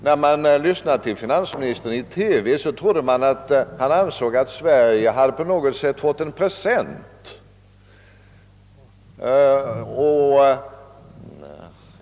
När man lyssnade på finansministern i TV trodde man, att han ansåg att Sverige hade på något sätt fått en present.